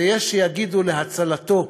ויש שיגידו: להצלתו,